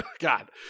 God